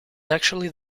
actually